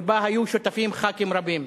שבה היו שותפים חברי כנסת רבים.